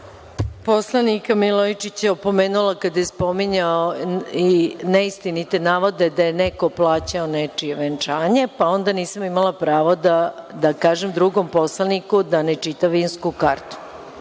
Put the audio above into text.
poslanika Milojičića opomenula kada je spominjao neistinite navode da je neko plaćao nečije venčanje, pa onda nisam imala pravo da kažem drugom poslaniku da ne čita vinsku kartu. Znači,